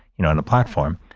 you know, on a platform.